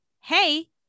hey